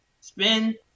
spin